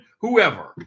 whoever